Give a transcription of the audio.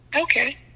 Okay